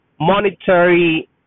monetary